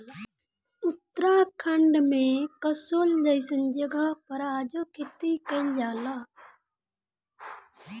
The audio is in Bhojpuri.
उत्तराखंड में कसोल जइसन जगह पर आजो खेती कइल जाला